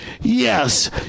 Yes